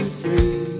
free